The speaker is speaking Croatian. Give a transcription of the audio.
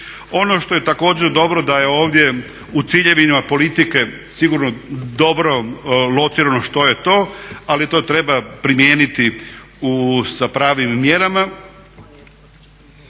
Ono što je također dobro, da je ovdje u ciljevima politike sigurno dobro locirano što je to, ali to treba primijeniti sa pravim mjerama.